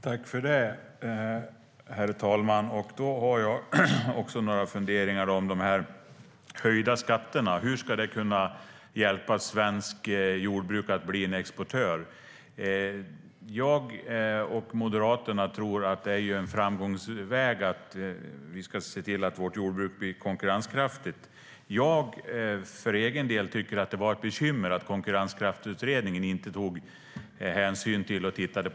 Herr talman! Jag har också några funderingar över de höjda skatterna. Hur kan de hjälpa svenskt jordbruk att bli en exportör? Jag och Moderaterna tror att det är en framgångsväg att se till att jordbruket blir konkurrenskraftigt. För egen del tycker jag att det var ett bekymmer att Konkurrenskraftsutredningen inte tittade på frågan om skatterna.